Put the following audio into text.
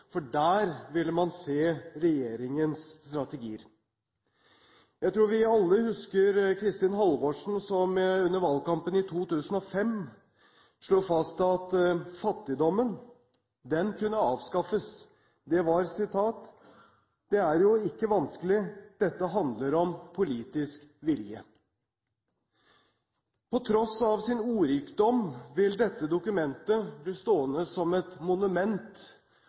for der ville man se regjeringens strategier. Jeg tror vi alle husker Kristin Halvorsen, som under valgkampen i 2005 slo fast at fattigdommen kunne avskaffes. Hun sa: «Dette er jo ikke vanskelig, dette handler om politisk vilje.» På tross av sin ordrikdom vil dette dokumentet bli stående som et monument